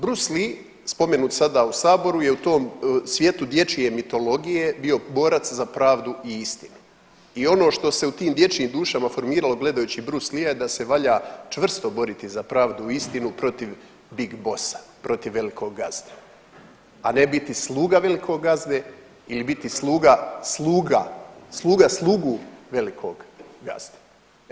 Bruce Lee spomenut sada u saboru je u tom svijetu dječje mitologije bio borac za pravdu i istinu i ono što se u tim dječjim dušama formiralo gledajući Bruce Lee-a da se valja čvrsto boriti za pravdu i istinu protiv big bossa protiv velikog gazde, a ne biti sluga velikog gazde ili biti sluga, sluga, sluga slugu velikog gazde.